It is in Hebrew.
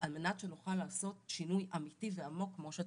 על מנת שנוכל לעשות שינוי אמיתי ועמוק כמו שצריך.